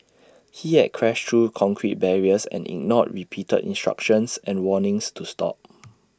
he had crashed through concrete barriers and ignored repeated instructions and warnings to stop